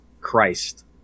Christ